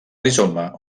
rizoma